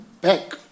back